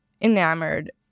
enamored